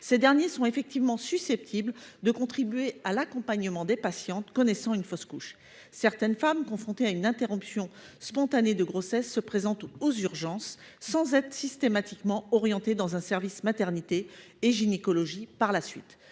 Ces derniers sont effectivement susceptibles de contribuer à l'accompagnement des patientes connaissant une fausse couche, car certaines femmes confrontées à une interruption spontanée de grossesse se présentent aux urgences sans être systématiquement orientées par la suite dans un service de maternité et gynécologie. Elles